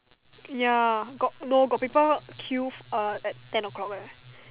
ya got no got people queue uh at ten o'clock eh